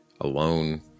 alone